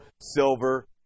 silver